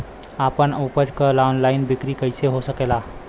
आपन उपज क ऑनलाइन बिक्री कइसे हो सकेला?